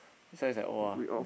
this one is like !wah!